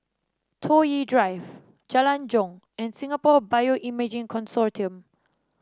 Toh Yi Drive Jalan Jong and Singapore Bioimaging Consortium